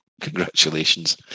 congratulations